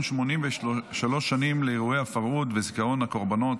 ציון 83 שנים לאירועי הפרהוד וזיכרון הקורבנות.